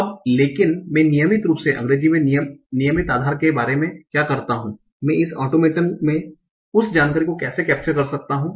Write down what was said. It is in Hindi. अब लेकिन मैं नियमित रूप से अंग्रेजी में नियमित आधार के बारे में क्या करता हूं मैं इस ऑटोमेटन में उस जानकारी को कैसे कैप्चर कर सकता हूं